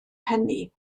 hynny